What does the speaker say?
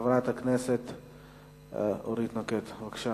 חברת הכנסת אורית נוקד, בבקשה.